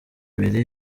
ibiri